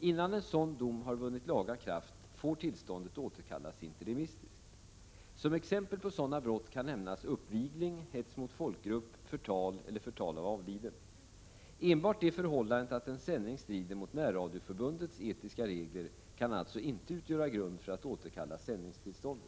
Innan en sådan dom har vunnit laga kraft får tillståndet återkallas interimistiskt. Som exempel på sådana brott kan nämnas uppvigling, hets mot folkgrupp, förtal eller förtal av avliden. Enbart det förhållandet att en sändning strider mot Närradioförbundets etiska regler kan alltså inte utgöra grund för att återkalla sändningstillståndet.